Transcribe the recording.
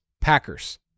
Packers